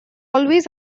always